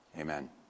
Amen